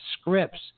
Scripts